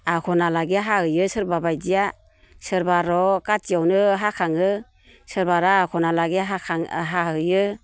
आघनहालागै हाहैयो सोरबा बायदिया सोरबार' काथियावनो हाखाङो सोरबा आरो आघनहालागि हाखां हाहैयो